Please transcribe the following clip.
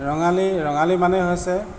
ৰঙালী ৰঙালী মানে হৈছে